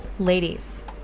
Ladies